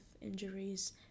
injuries